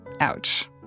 ouch